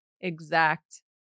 exact